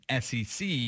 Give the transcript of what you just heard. SEC